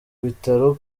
bitaro